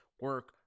Work